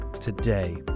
today